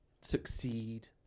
succeed